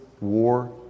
war